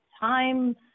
time